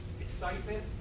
excitement